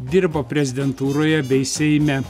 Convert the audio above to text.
dirbo prezidentūroje bei seime